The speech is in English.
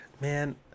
man